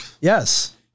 Yes